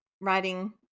writing